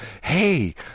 hey